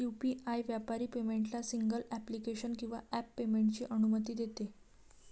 UPI व्यापारी पेमेंटला single application किंवा ॲप पेमेंटची अनुमती देते